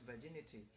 virginity